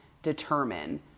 determine